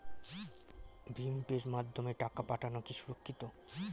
ভিম পের মাধ্যমে টাকা পাঠানো কি সুরক্ষিত?